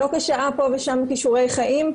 לא כשעה פה ושם בכישורי חיים.